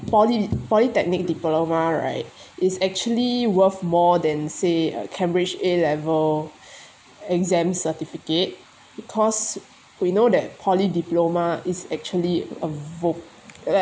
poly polytechnic diploma right is actually worth more than say a cambridge A level exams certificate because we know that poly diploma is actually a voc~